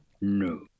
No